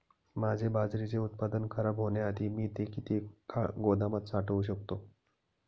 माझे बाजरीचे उत्पादन खराब होण्याआधी मी ते किती काळ गोदामात साठवू शकतो?